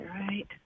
right